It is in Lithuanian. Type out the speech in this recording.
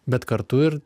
bet kartu ir